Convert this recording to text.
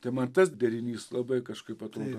tai man tas derinys labai kažkaip atrodo